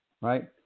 right